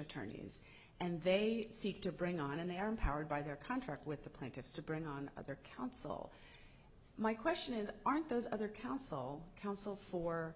attorneys and they seek to bring on and they are empowered by their contract with the plaintiffs to bring on their counsel my question is aren't those other counsel counsel for